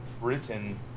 written